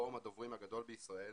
פורום הדוברים הגדול בישראל,